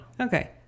Okay